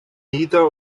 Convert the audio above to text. nidda